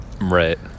Right